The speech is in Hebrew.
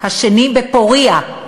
השני בפורייה,